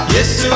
Yes